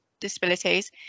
disabilities